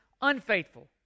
unfaithful